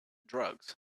drugs